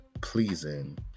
pleasing